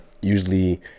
usually